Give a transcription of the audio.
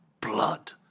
blood